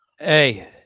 Hey